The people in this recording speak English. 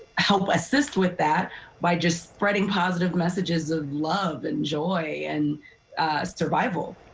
help assist with that by just spreading positive messages of love and joy and survival.